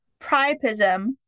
priapism